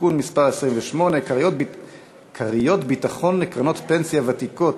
(תיקון מס' 28) (כריות ביטחון לקרנות פנסיה ותיקות),